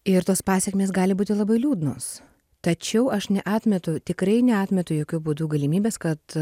ir tos pasekmės gali būti labai liūdnos tačiau aš neatmetu tikrai neatmetu jokiu būdu galimybės kad